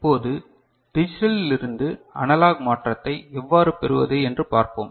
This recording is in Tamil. இப்போது டிஜிட்டலிலிருந்து அனலாக் மாற்றத்தை எவ்வாறு பெறுவது என்று பார்ப்போம்